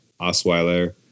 Osweiler